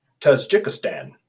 Tajikistan